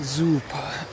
Super